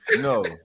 no